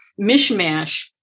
mishmash